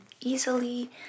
easily